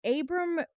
Abram